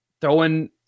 throwing